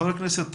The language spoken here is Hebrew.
חבר הכנסת טייב,